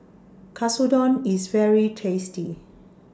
Katsudon IS very tasty